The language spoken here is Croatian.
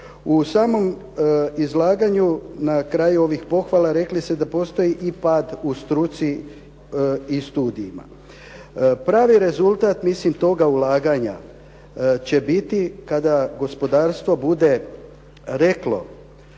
u samom izlaganju na kraju ovih pohvala rekli ste da postoji i pad u struci i studijima. Pravi rezultat mislim toga ulaganja će biti kada gospodarstvo bude reklo